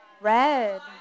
Red